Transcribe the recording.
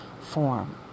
form